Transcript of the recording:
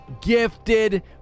gifted